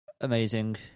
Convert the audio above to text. Amazing